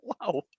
Wow